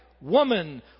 woman